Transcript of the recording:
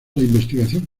investigación